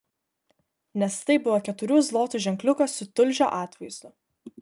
nes tai buvo keturių zlotų ženkliukas su tulžio atvaizdu